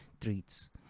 treats